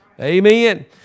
Amen